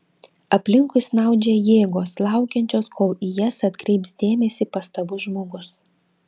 aplinkui snaudžia jėgos laukiančios kol į jas atkreips dėmesį pastabus žmogus